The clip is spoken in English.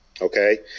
okay